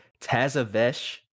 tazavesh